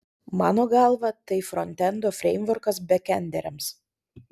mano galva tai frontendo freimvorkas bekenderiams